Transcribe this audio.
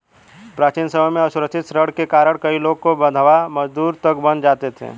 प्राचीन समय में असुरक्षित ऋण के कारण कई लोग बंधवा मजदूर तक बन जाते थे